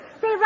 Say